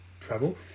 travel